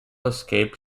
escaped